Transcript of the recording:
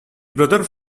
brothers